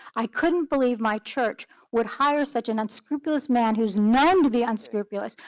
i couldn't believe my church would hire such an unscrupulous man who's known to the unscrupulous,